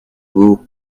beau